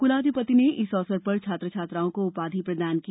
कुलाधिपति ने इस अवसर पर छात्र छात्राओं को उपाधि प्रदान की